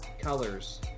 colors